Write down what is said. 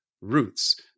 Roots